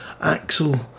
Axel